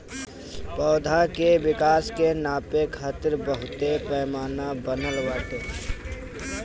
पौधा के विकास के नापे खातिर बहुते पैमाना बनल बाटे